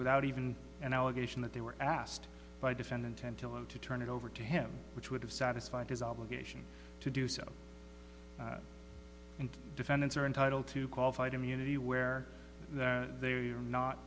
without even an allegation that they were asked by defendant until them to turn it over to him which would have satisfied his obligation to do so and defendants are entitled to qualified immunity where they are not